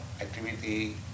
activity